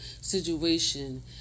situation